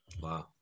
Wow